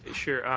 sure,